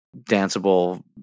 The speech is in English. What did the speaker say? danceable